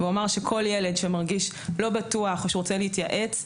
כל ילד שלא מרגיש בטוח או שרוצה להתייעץ,